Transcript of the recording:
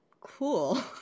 Cool